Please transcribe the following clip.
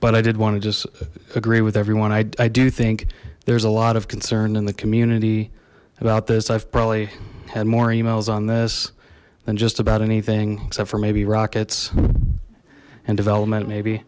but i did want to just agree with everyone i do think there's a lot of concern in the community about this i've probably had more emails on this than just about anything except for maybe rockets and development maybe